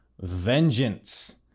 Vengeance